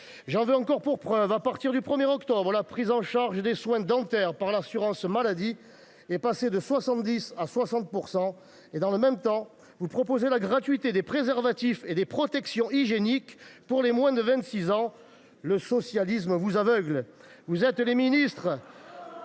J’en veux encore pour preuve le fait que, le 1 octobre dernier, la prise en charge des soins dentaires par l’assurance maladie est passée de 70 % à 60 % quand, dans le même temps, vous proposez la gratuité des préservatifs et des protections hygiéniques pour les moins de 26 ans. Le socialisme vous aveugle ! Vous êtes les ministres